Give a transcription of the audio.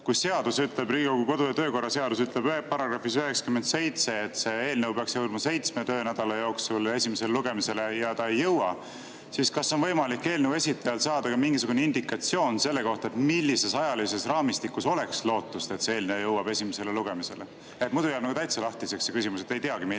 Kui seadus ütleb, Riigikogu kodu- ja töökorra seaduse § 97, et eelnõu peaks jõudma seitsme töönädala jooksul esimesele lugemisele, ja ta ei jõua, siis kas on võimalik eelnõu esitajal saada mingisugune indikatsioon selle kohta, millises ajalises raamistikus on lootust, et see eelnõu jõuab esimesele lugemisele? Muidu jääb nagu täitsa lahtiseks see küsimus ja ei teagi, millal